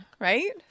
right